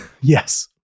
Yes